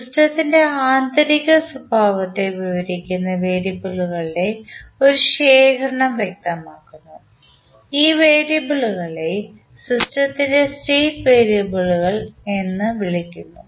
സിസ്റ്റത്തിന്റെ ആന്തരിക സ്വഭാവത്തെ വിവരിക്കുന്ന വേരിയബിളുകളുടെ ഒരു ശേഖരം വ്യക്തമാക്കുന്നു ഈ വേരിയബിളുകളെ സിസ്റ്റത്തിന്റെ സ്റ്റേറ്റ് വേരിയബിളുകൾ എന്ന് വിളിക്കുന്നു